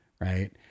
Right